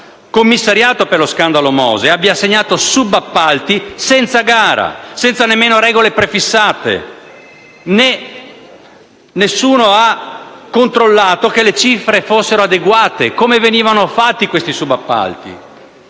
commissariato per lo scandalo MOSE, abbia assegnato subappalti senza gara, senza nemmeno regole prefissate. Nessuno ha controllato che le cifre fossero adeguate. Come venivano fatti questi subappalti?